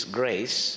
grace